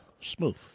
smooth